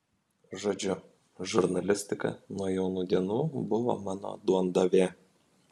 žodžiu žurnalistika nuo jaunų dienų buvo mano duondavė